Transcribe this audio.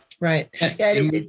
Right